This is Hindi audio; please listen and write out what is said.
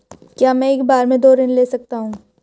क्या मैं एक बार में दो ऋण ले सकता हूँ?